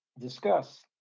Discuss